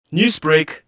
Newsbreak